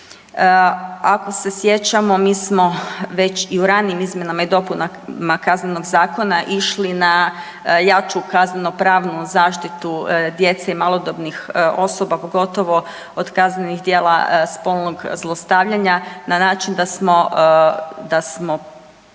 Ako se sjećamo, mi smo već i u ranijim izmjenama i dopunama Kaznenog zakona išli na jaču kaznenopravnu zaštitu djece i malodobnih osoba, pogotovo od kaznenih djela spolnog zlostavljanja, na način da smo,